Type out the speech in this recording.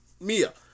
Mia